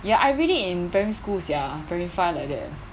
ya I read it in primary school sia primary five like that eh